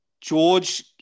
George